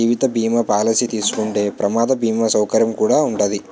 జీవిత బీమా పాలసీ తీసుకుంటే ప్రమాద బీమా సౌకర్యం కుడా ఉంటాది